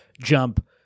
jump